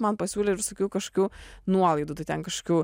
man pasiūlė ir aš sakiau kažkokių nuolaidų tai ten kažkokių